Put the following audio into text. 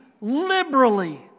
liberally